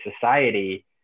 society